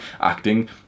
acting